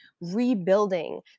rebuilding